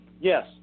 Yes